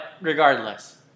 regardless